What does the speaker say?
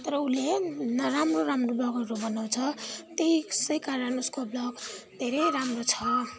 तर उसले राम्रो राम्रो ब्लगहरू बनाउँछ त्यसै कारण उसको ब्लग धेरै राम्रो छ